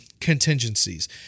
contingencies